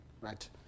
right